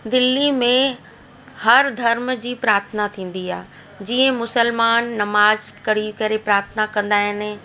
दिल्ली में हर धर्म जी प्रार्थना थींदी आहे जीअं मुसलमान नमाज़ करी करे प्रार्थना कंदा आहिनि